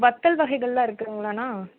வத்தல் வகைகள்லாம் இருக்குதுங்ளாண்ணா